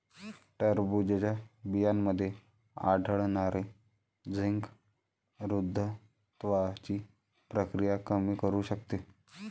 टरबूजच्या बियांमध्ये आढळणारे झिंक वृद्धत्वाची प्रक्रिया कमी करू शकते